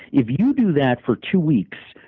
if you do that for two weeks,